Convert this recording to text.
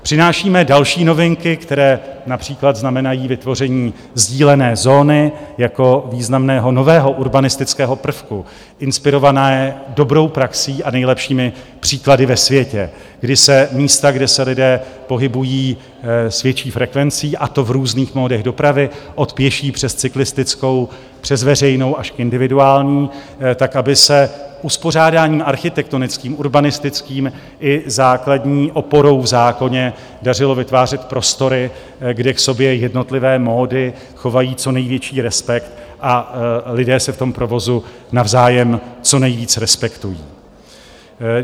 Přinášíme další novinky, které například znamenají vytvoření sdílené zóny jako významného nového urbanistického prvku inspirovaného dobrou praxí a nejlepšími příklady ve světě, kdy se místa, kde se lidé pohybují s větší frekvencí, a to v různých módech dopravy od pěší přes cyklistickou, přes veřejnou až k individuální, tak aby se uspořádáním architektonickým, urbanistickým i základní oporou v zákoně dařilo vytvářet prostory, kde k sobě jednotlivé módy chovají co největší respekt a lidé se v tom provozu navzájem co nejvíce respektují.